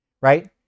right